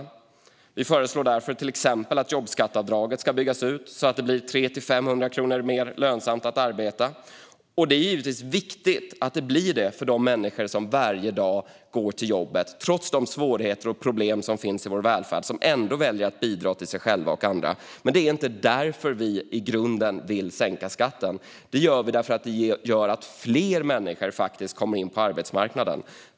Därför föreslår vi till exempel att jobbskatteavdraget ska byggas ut så att det blir 300-500 kronor mer lönsamt att arbeta. Det är givetvis viktigt att det blir det för de människor som varje dag går till jobbet och trots svårigheterna och problemen i vår välfärd ändå väljer att bidra till sig själva och andra. Men det är inte därför som vi i grunden vill sänka skatten, utan det är för att det gör att fler människor kommer in på arbetsmarknaden.